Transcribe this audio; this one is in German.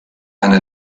eine